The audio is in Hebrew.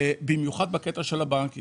במיוחד בבנקים.